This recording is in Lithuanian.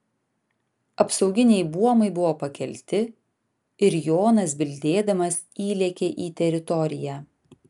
apsauginiai buomai buvo pakelti ir jonas bildėdamas įlėkė į teritoriją